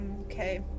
Okay